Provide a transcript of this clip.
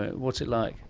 what's it like?